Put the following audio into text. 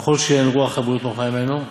וכל שאין רוח הבריות נוחה הימנו,